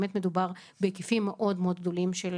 באמת מדובר בהיקפים מאוד מאוד גדולים של